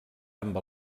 amb